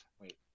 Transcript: Wait